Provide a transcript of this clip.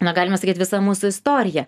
na galima sakyt visą mūsų istorija